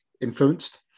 influenced